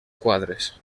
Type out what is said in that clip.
quadres